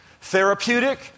Therapeutic